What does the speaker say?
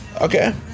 Okay